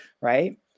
right